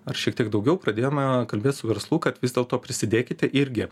ar šiek tiek daugiau pradėjome kalbėt su verslu kad vis dėlto prisidėkite irgi